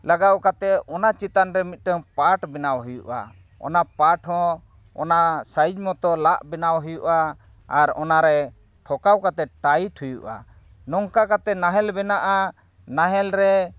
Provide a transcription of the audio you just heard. ᱞᱟᱜᱟᱣ ᱠᱟᱛᱮᱫ ᱚᱱᱟ ᱪᱮᱛᱟᱱ ᱨᱮ ᱢᱤᱫᱴᱟᱝ ᱯᱟᱴ ᱵᱮᱱᱟᱣ ᱦᱩᱭᱩᱜᱼᱟ ᱚᱱᱟ ᱯᱟᱴ ᱦᱚᱸ ᱚᱱᱟ ᱥᱟᱭᱤᱡᱽ ᱢᱚᱛᱚ ᱞᱟᱜ ᱵᱮᱱᱟᱣ ᱦᱩᱭᱩᱜᱼᱟ ᱟᱨ ᱚᱱᱟ ᱨᱮ ᱴᱷᱚᱠᱟᱣ ᱠᱟᱛᱮᱫ ᱴᱟᱭᱤᱴ ᱦᱩᱭᱩᱜᱼᱟ ᱱᱚᱝᱠᱟ ᱠᱟᱛᱮᱫ ᱱᱟᱦᱮᱞ ᱵᱮᱱᱟᱜᱼᱟ ᱱᱟᱦᱮᱞ ᱨᱮ